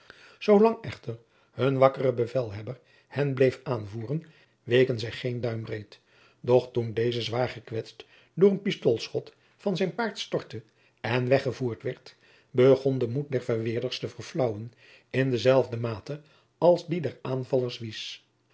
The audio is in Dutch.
zoolang echter hun wakkere bevelhebber hen bleef aanvoeren weken zij geen duimbreed doch toen deze zwaar gekwetst door een pistoolschot van zijn paard jacob van lennep de pleegzoon stortte en weggevoerd werd begon de moed der verweerders te verflaauwen in dezelfde mate als die der aanvallers wies